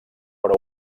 però